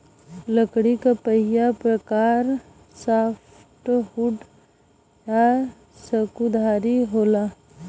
लकड़ी क पहिला प्रकार सॉफ्टवुड या सकुधारी होला